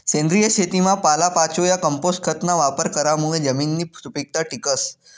सेंद्रिय शेतीमा पालापाचोया, कंपोस्ट खतना वापर करामुये जमिननी सुपीकता टिकस